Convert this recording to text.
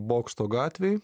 bokšto gatvėj